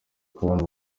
kubona